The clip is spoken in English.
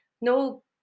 no